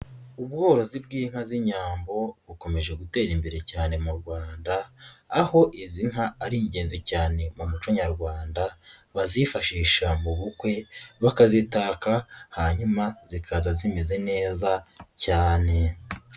Ubworozi bw'inka z'inyambo bukomeje gutera imbere cyane mu Rwanda, aho izi nka ari ingenzi cyane mu muco nyarwanda bazifashisha mu bukwe bakazitaka hanyuma zikaza zimeze neza cyane.